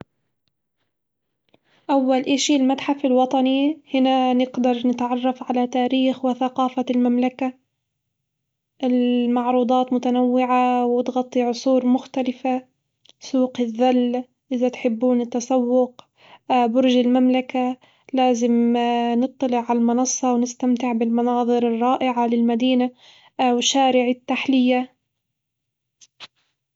أول إشي المتحف الوطني هنا نقدر نتعرف على تاريخ وثقافة المملكة، المعروضات متنوعة وتغطي عصور مختلفة، سوق الذل إذا تحبون التسوق، برج المملكة لازم نطلع على المنصة ونستمتع بالمناظر الرائع للمدينة وشارع التحلية.